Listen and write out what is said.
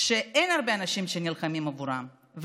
שאין הרבה אנשים שנלחמים עבורם.